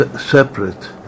separate